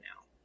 now